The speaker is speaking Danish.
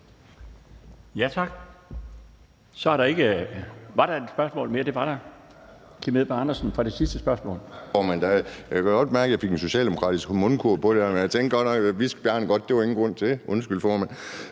spørgsmål. Var der et mere? Det var der. Kim Edberg Andersen for det sidste spørgsmål.